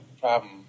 problem